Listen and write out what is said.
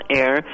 air